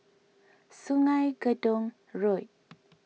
Sungei Gedong Road